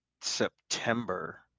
September